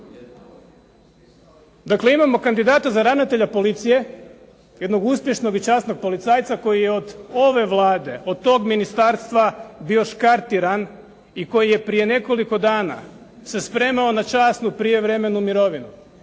Dakle imamo kandidata za ravnatelja policije, jednog uspješnog i časnog policajca koji je od ove Vlade, od tog ministarstva bio škartiran i koji je prije nekoliko dana se spremao na časnu prijevremenu mirovinu,